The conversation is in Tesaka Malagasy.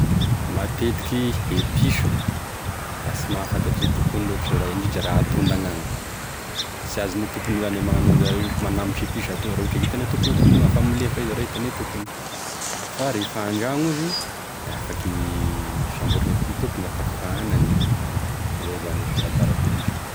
Matetiky e piso da sy mahafatatry e tompony loatry io raha indrindra raha atonda agnagny, sy azone tompony io zagny e magnagno an'izay hoe izy magnambotry i piso atoa raha ohatra hitany e tompony tondagna fa milefa izy raha hitagne tompony fa refa andragno d afaky samborone tompony sady afaka fahanany izay zany gne fahafantarako gne piso.